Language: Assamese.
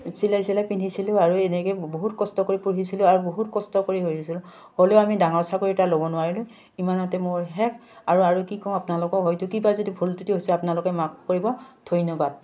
চিলাই চিলাই পিন্ধিছিলো আৰু এনেকে বহুত কষ্ট কৰি পঢ়িছিলো আৰু বহুত কষ্ট কৰি হ'লেও আমি ডাঙৰ চাকৰি এটা ল'ব নোৱাৰিলো ইমানতে মোৰ শেষ আৰু আৰু কি ক'ম আপোনালোকক হয়তো কিবা যদি ভুল যদি হৈছে আপোনালোকে মাফ কৰিব ধন্যবাদ